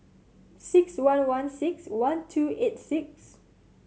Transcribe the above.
six one one six one two eight six